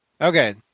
Okay